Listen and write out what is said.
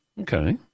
Okay